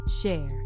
share